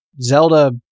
Zelda